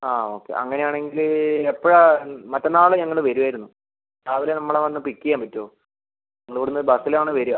ആ ഓക്കെ അങ്ങനെ ആണെങ്കിൽ എപ്പോഴാണ് മറ്റന്നാൾ ഞങ്ങൾ വരുവായിരുന്നു രാവിലെ നമ്മളെ വന്ന് പിക്ക് ചെയ്യാൻ പറ്റുവോ ഞങ്ങൾ ഇവിടുന്ന് ബസിലാണ് വരിക